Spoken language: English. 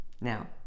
now